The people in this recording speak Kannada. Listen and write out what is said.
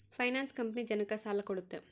ಫೈನಾನ್ಸ್ ಕಂಪನಿ ಜನಕ್ಕ ಸಾಲ ಕೊಡುತ್ತೆ